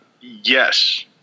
Yes